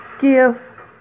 give